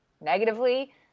negatively